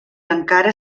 encara